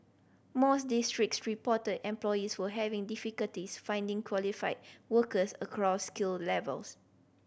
most districts reported employees were having difficulties finding qualified workers across skill levels